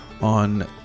on